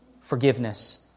forgiveness